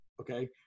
Okay